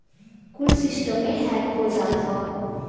कुल सिस्टमे हैक हो जात हौ